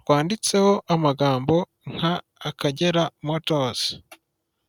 rwanditseho amagambo nka Akagera motors.